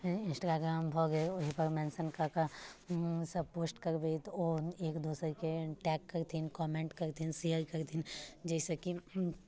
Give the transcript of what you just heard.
अऽ इन्स्टाग्राम भऽ गेल ओहिपर मेंशन कऽ कऽ सभ पोस्ट करबै तऽ ओ एक दोसरके टैग करथिन कॉमेन्ट करथिन शेयर करथिन जइसँ कि